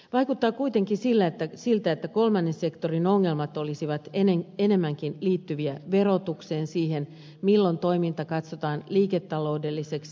vaikuttaa kuitenkin siltä että kolmannen sektorin ongelmat olisivat enemmänkin verotukseen liittyviä siihen milloin toiminta katsotaan liiketaloudelliseksi